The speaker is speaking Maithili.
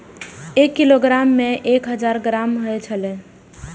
एक किलोग्राम में एक हजार ग्राम होयत छला